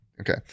Okay